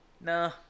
Nah